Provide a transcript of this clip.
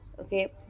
okay